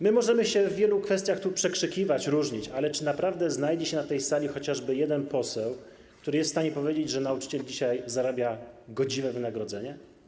Możemy tu w wielu kwestiach się przekrzykiwać, różnić, ale czy naprawdę znajdzie się na tej sali chociażby jeden poseł, który jest w stanie powiedzieć, że nauczyciel dzisiaj otrzymuje godziwe wynagrodzenie?